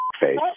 face